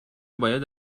باید